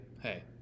hey